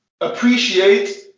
appreciate